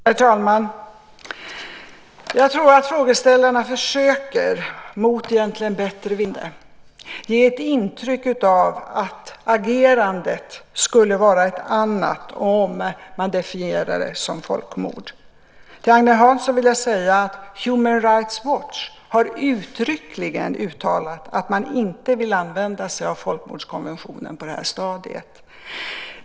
Herr talman! Jag tror att frågeställarna försöker - egentligen mot bättre vetande - ge ett intryck av att agerandet skulle vara ett annat om man definierade det som folkmord. Till Agne Hansson vill jag säga att Human Rights Watch uttryckligen har uttalat att man inte vill använda sig av folkmordskonventionen på det här stadiet.